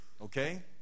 Okay